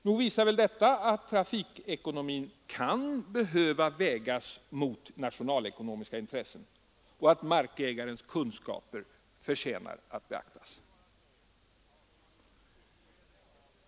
Nog visar väl detta att trafikekonomin kan behöva vägas mot nationalekonomiska intressen och att markägarens kunskaper förtjänar att beaktas.